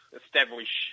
establish